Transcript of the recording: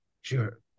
sure